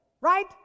right